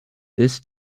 this